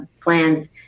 plans